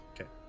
okay